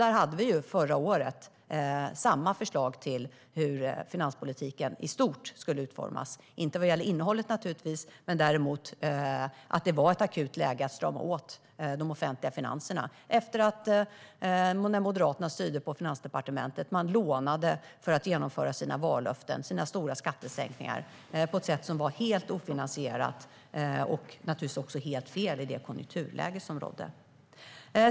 Där hade vi förra året samma förslag till hur finanspolitiken i stort skulle utformas, naturligtvis inte när det gällde innehållet, däremot att det var ett akut läge att strama åt de offentliga finanserna. När Moderaterna styrde på Finansdepartementet lånade man för att uppfylla sina vallöften, sina stora skattesänkningar, som var helt ofinansierade och helt fel i det konjunkturläge som rådde.